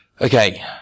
Okay